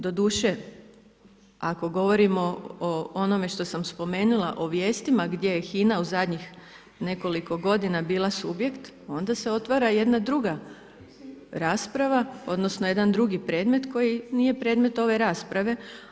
Doduše, ako govorimo o onome što sam spomenula, o vijestima gdje je HINA u zadnjih nekoliko godina bila subjekt, onda se otvara jedna druga rasprava odnosno jedan drugi predmet koji nije predmet ove rasprave.